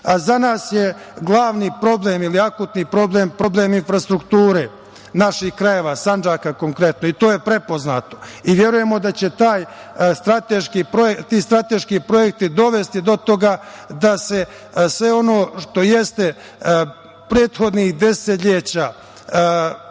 nas je glavni ili akutni problem problem infrastrukture naših krajeva, Sandžaka konkretno, i to je prepoznato i verujemo da će ti strateški projekti dovesti do toga da sve ono što jeste prethodnih desetleća,